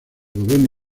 gobierno